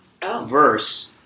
verse